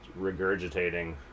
regurgitating